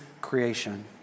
creation